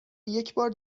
یکبار